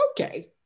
Okay